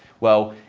well,